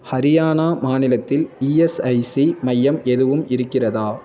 ஹரியானா மாநிலத்தில் இஎஸ்ஐசி மையம் எதுவும் இருக்கிறதா